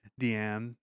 Deanne